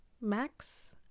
max